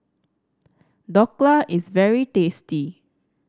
Dhokla is very tasty